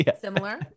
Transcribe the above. Similar